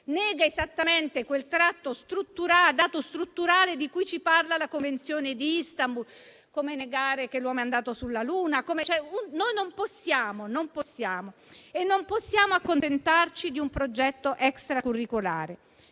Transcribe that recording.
Nega esattamente quel tratto strutturale di cui ci parla la Convenzione di Istanbul. Come negare che l'uomo è andato sulla luna. Non possiamo, così come non possiamo accontentarci di un progetto extracurricolare.